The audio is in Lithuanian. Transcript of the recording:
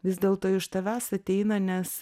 vis dėlto iš tavęs ateina nes